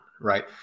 right